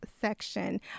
section